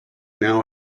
now